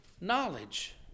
knowledge